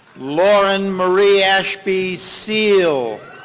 lauren marie ashby seale.